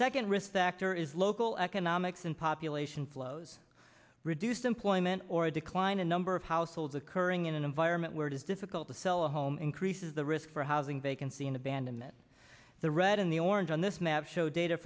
second risk factor is local economics and population flows reduced employment or a decline in number of households occurring in an environment where it is difficult to sell a home increases the risk for housing vacancy and abandonment the red in the orange on this map shows data